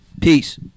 Peace